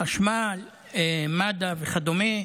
חשמל, מד"א וכדומה.